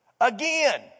Again